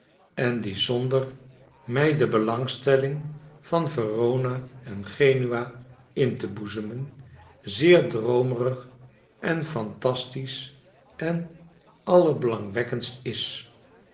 en die zonder my de belangstelling van verona en genua in te boezemen zeer droomerig en phantastisch en allerbelangwekkendst is